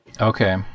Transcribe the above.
okay